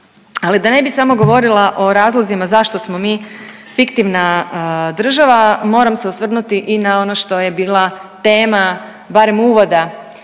Ali da ne bi samo govorila o razlozima zašto smo mi fiktivna država moram se osvrnuti i na ono što je bila tema, barem uvoda